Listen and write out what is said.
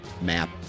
map